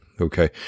Okay